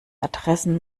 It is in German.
adressen